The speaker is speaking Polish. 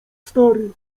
stary